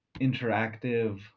interactive